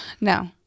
No